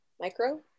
micro